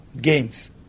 games